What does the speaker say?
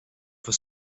for